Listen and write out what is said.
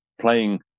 playing